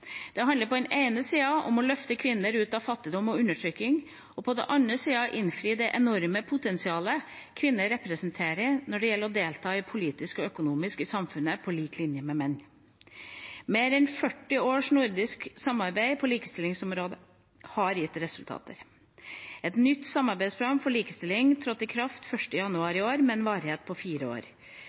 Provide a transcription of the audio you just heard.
Det handler på den ene siden om å løfte kvinner ut av fattigdom og undertrykking og på den andre siden om å innfri det enorme potensialet kvinner representerer når det gjelder å delta politisk og økonomisk i samfunnet på lik linje med menn. Mer enn 40 års nordisk samarbeid på likestillingsområdet har gitt resultater. Et nytt samarbeidsprogram for likestilling trådte i kraft 1. januar i år, med en varighet på fire år.